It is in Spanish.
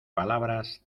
palabras